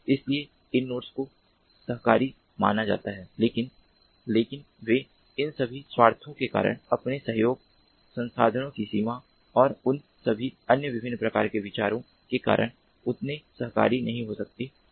इसलिए इन नोड्स को सहकारी माना जाता है लेकिन लेकिन वे इन सभी स्वार्थों के कारण आपके सहयोग संसाधनों की सीमाओं और इन सभी अन्य विभिन्न प्रकार के विचारों के कारण उतने सहकारी नहीं हो सकते हैं